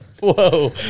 Whoa